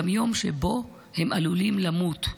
גם יום שבו הם עלולים למות,